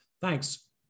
Thanks